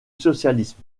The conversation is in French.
socialisme